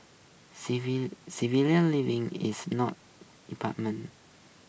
civil civilised living is not impartment